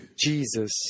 Jesus